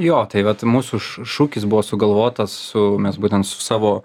jo tai vat mūsų šū šūkis buvo sugalvotas su mes būtent su savo